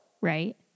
Right